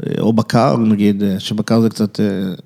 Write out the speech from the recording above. או בקר נגיד, שבקר זה קצת...